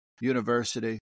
University